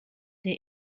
der